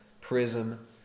Prism